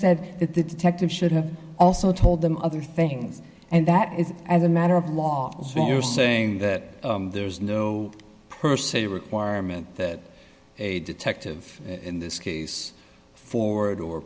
said that the detectives should have also told them other things and that is as a matter of law so you're saying that there is no per se requirement that a detective in this case for